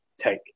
take